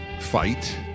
fight